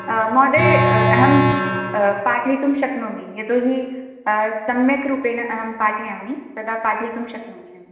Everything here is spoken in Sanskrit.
महोदय अहं पाठयितुं शक्नोमि यतो हि सम्यक् रूपेण अहं पाठयामि तदा पाठयितुं शक्नोमि अहं